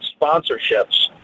sponsorships